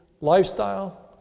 lifestyle